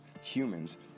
humans